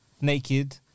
naked